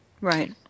Right